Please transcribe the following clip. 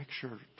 picture